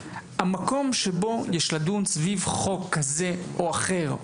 המקום בו יש לדון סביב חוק כזה או אחר,